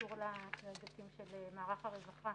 שקשור להיבטים של מערך הרווחה